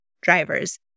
drivers